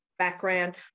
background